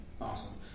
Awesome